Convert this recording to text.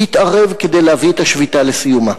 יתערב כדי להביא את השביתה לסיומה.